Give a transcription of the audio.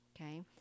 okay